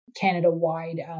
Canada-wide